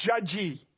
judgy